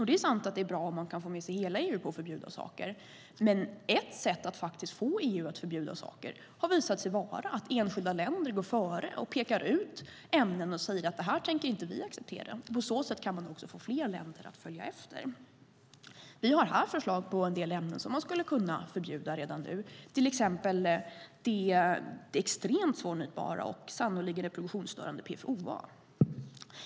Det är sant att det är bra om man kan få med sig hela EU på att förbjuda saker, men ett sätt att faktiskt få EU att förbjuda saker har visat sig vara att enskilda länder går före och pekar ut ämnen och säger att det här tänker vi inte acceptera. På så sätt kan man också få fler länder att följa efter. Vi har här förslag på en del ämnen som man skulle kunna förbjuda redan nu, till exempel det extremt svårnedbrytbara och sannolikt reproduktionsstörande PFOA.